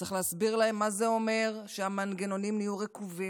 צריך להסביר להם מה זה אומר שהמנגנונים נהיו רקובים,